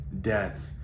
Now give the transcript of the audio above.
death